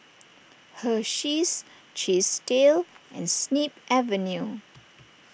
Hersheys Chesdale and Snip Avenue